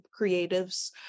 creatives